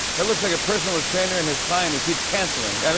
that looks like a personal trainer and his client who keeps canceling. i